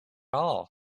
all